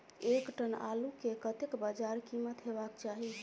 एक टन आलु केँ कतेक बजार कीमत हेबाक चाहि?